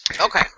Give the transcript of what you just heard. Okay